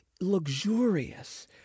luxurious